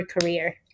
career